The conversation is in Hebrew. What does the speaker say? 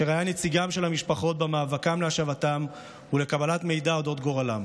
אשר היה נציגן של המשפחות במאבקן להשבתם ולקבלת מידע על אודות גורלם.